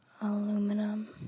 aluminum